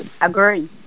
Agree